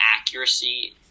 accuracy